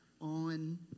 on